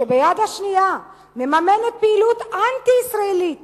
שביד השנייה מממנת פעילות אנטי-ישראלית